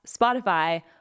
Spotify